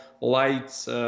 lights